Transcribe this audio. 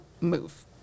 move